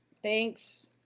thanks,